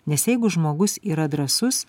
nes jeigu žmogus yra drąsus